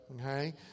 okay